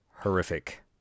horrific